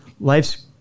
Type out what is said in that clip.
life's